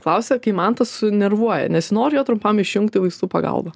klausia kai mantas sunervuoja nesinori trumpam išjungti vaistų pagalba